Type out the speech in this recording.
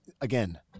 again